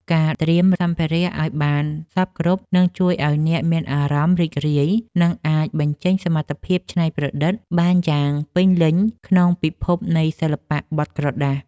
ការត្រៀមសម្ភារៈឱ្យបានសព្វគ្រប់នឹងជួយឱ្យអ្នកមានអារម្មណ៍រីករាយ និងអាចបញ្ចេញសមត្ថភាពច្នៃប្រឌិតបានយ៉ាងពេញលេញក្នុងពិភពនៃសិល្បៈបត់ក្រដាស។